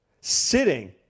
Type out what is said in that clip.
sitting